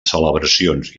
celebracions